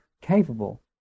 capable